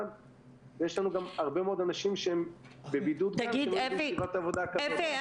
כשיש לנו גם הרבה מאוד אנשים שהם בבידוד בגלל סביבת העבודה --- אפי,